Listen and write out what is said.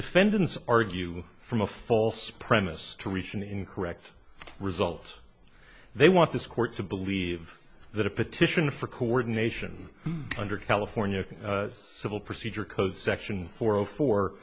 defendants argue from a false premise to reach an incorrect result they want this court to believe that a petition for coordination under california civil procedure code section four